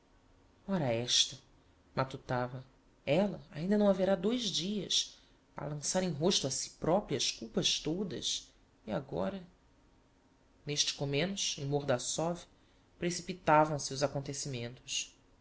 ora esta matutava ella ainda não haverá dois dias a lançar em rosto a si propria as culpas todas e agora n'este comenos em mordassov precipitavam se os acontecimentos